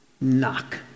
knock